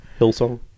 Hillsong